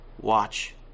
Watch